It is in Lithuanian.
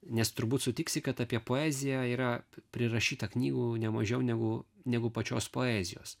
nes turbūt sutiksi kad apie poeziją yra prirašyta knygų nemažiau negu negu pačios poezijos